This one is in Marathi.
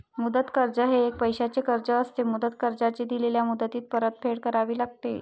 मुदत कर्ज हे एक पैशाचे कर्ज असते, मुदत कर्जाची दिलेल्या मुदतीत परतफेड करावी लागते